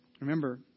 Remember